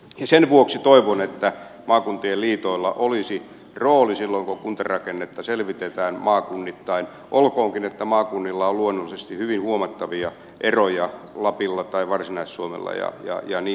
sen vuoksi toivon että maakuntien liitoilla olisi rooli silloin kun kuntarakennetta selvitetään maakunnittain olkoonkin että maakunnilla on luonnollisesti hyvin huomattavia eroja lapilla ja varsinais suomella ja niin edelleen